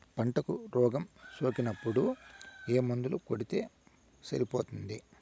పంటకు రోగం సోకినపుడు ఏ మందు కొడితే సరిపోతుంది?